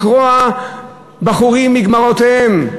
לקרוע בחורים מגמרותיהם,